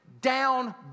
down